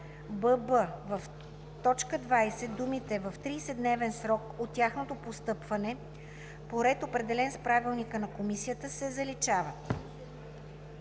бб) в т. 20 думите „в 30-дневен срок от тяхното постъпване по ред, определен с правилника на комисията“ се заличават;